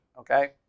okay